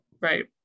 right